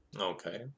Okay